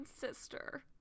sister